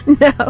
No